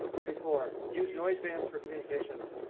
thirty four, use noise bands for communications.